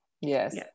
Yes